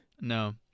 No